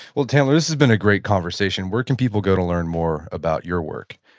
well tamler, this has been a great conversation. where can people go to learn more about your work?